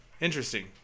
Interesting